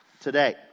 today